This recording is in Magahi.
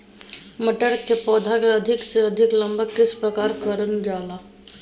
मटर के पौधा को अधिक से अधिक लंबा किस प्रकार कारण जाला?